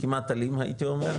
כמעט אלים הייתי אומר,